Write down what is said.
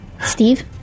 Steve